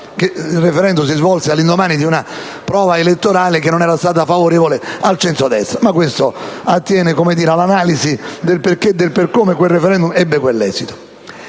Il *referendum* si svolse all'indomani di una prova elettorale che non era stata favorevole al centrodestra, ma questo attiene all'analisi dei motivi per cui quel *referendum* ebbe quell'esito.